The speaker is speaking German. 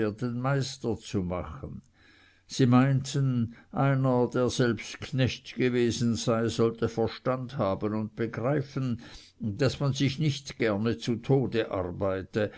meister zu machen sie meinten einer der selbst knecht gewesen sei sollte verstand haben und begreifen daß man sich nicht gerne zu tode arbeite